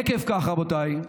עקב כך, רבותיי,